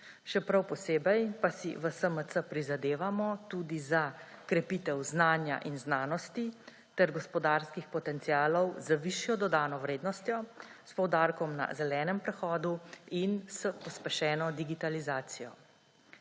še prav posebej pa si v SMC prizadevamo tudi za krepitev znanja in znanosti ter gospodarskih potencialov z višjo dodano vrednostjo, s poudarkom na zelenem prehodu in s pospešeno digitalizacijo.